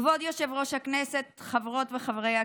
כבוד היושב-ראש הכנסת, חברות וחברי הכנסת,